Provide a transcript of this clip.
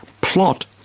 plot